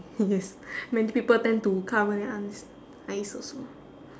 yes many people tend to cover their eye~ eyes also